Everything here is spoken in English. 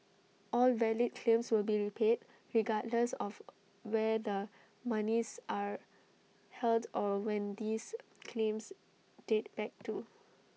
all valid claims will be repaid regardless of where the monies are held or when these claims date back to